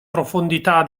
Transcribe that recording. profondità